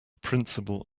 principle